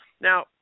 Now